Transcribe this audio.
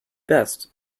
best